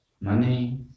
money